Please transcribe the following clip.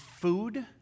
food